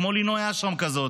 כמו לינוי אשרם כזאת,